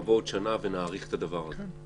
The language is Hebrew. נבוא עוד שנה ונאריך את הדבר הזה.